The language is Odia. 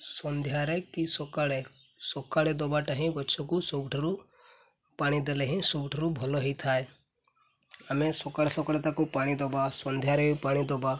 ସନ୍ଧ୍ୟାରେ କି ସକାଳେ ସକାଳେ ଦବାଟା ହିଁ ଗଛକୁ ସବୁଠାରୁ ପାଣି ଦେଲେ ହିଁ ସବୁଠାରୁ ଭଲ ହେଇଥାଏ ଆମେ ସକାଳେ ସକାଳେ ତାକୁ ପାଣି ଦବା ସନ୍ଧ୍ୟାରେ ପାଣି ଦବା